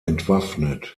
entwaffnet